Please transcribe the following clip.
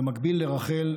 במקביל לרח"ל,